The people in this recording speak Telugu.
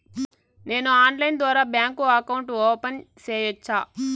నేను ఆన్లైన్ ద్వారా బ్యాంకు అకౌంట్ ఓపెన్ సేయొచ్చా?